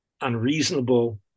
unreasonable